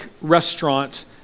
restaurant